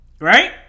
right